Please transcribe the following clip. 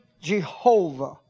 Jehovah